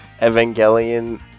Evangelion